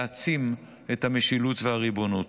יעצים את המשילות והריבונות.